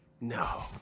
No